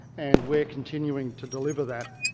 and we're continuing to deliver that.